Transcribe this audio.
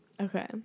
Okay